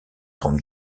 grande